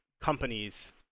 companies